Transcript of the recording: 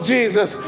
Jesus